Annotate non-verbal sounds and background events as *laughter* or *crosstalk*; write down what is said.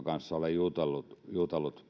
*unintelligible* kanssa olen jutellut jutellut